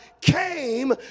came